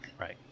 Right